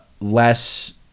less